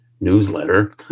newsletter